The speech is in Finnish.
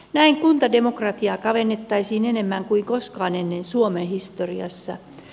näin kuntademokratiaa kavennettaisiin enemmän kuin koskaan ennen suomen historiassa